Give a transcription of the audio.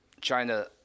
China